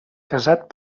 casat